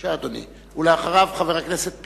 בבקשה, אדוני, ואחריו, חבר הכנסת פיניאן.